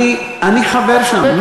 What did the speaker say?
אני חבר שם.